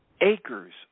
acres